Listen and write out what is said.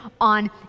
on